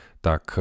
Tak